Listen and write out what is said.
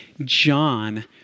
John